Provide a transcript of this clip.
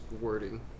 wording